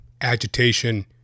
agitation